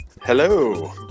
Hello